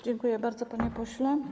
Dziękuję bardzo, panie pośle.